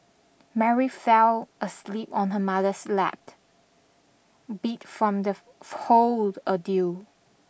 Mary fell asleep on her mother's lap beat from the whole ordeal